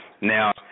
Now